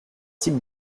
types